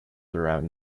around